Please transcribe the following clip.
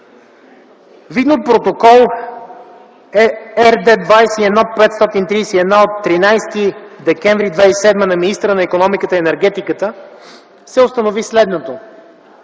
Видно от Протокол РД-21-531 от 13 декември 2007 г. на министъра на икономиката и енергетиката